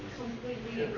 completely